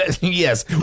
yes